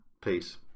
peace